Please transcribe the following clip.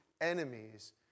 enemies